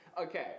Okay